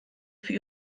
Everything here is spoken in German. für